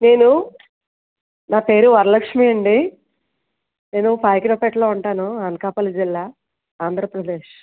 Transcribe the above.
నేను నా పేరు వరలక్ష్మి అండి నేను పాడిపేటలో ఉంటాను అనకాపలి జిల్లా ఆంధ్రప్రదేశ్